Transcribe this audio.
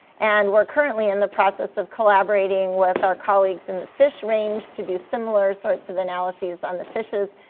and we're currently in the process of collaborating with our colleagues in the fish range to do similar sorts of analyses on the fishes,